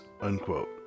unquote